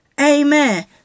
Amen